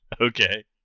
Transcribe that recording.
Okay